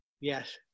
Yes